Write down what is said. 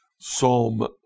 Psalm